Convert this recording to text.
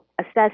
assess